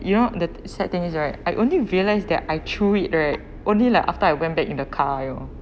you know the sad thing is right I only realise that I threw it right only like after I went back into the car you know